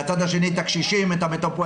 מהצד השני את הקשישים --- חברים